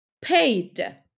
Paid